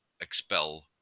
expel